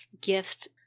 gift